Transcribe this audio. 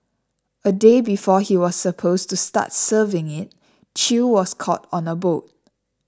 a day before he was supposed to start serving it Chew was caught on a boat